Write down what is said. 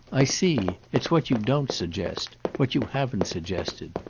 i see. it's what you don't suggest what you haven't suggested.